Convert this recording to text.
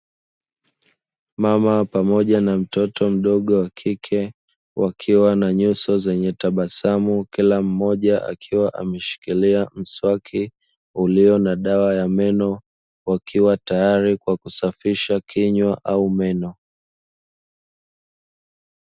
Mama pamoja na mtoto mdogo wa kike wakiwa na nyuso zenye tabasamu, kila mmoja akiwa ameshikilia mswaki ulio na dawa ya meno, wakiwa tayari kwa kusafisha kinywa au meno.